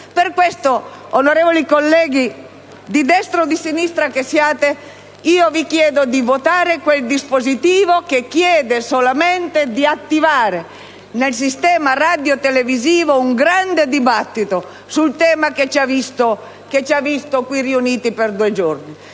Per tale motivo, onorevoli colleghi di destra o di sinistra che siate, vi chiedo di approvare quel dispositivo che mira soltanto ad attivare nel sistema radiotelevisivo un grande dibattito sul tema che ci ha visto qui riuniti per due giorni